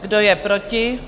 Kdo je proti?